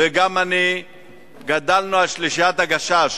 וגם אני גדלנו על שלישיית "הגשש".